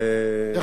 שר התחבורה,